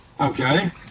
Okay